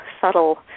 subtle